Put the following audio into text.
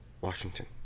Washington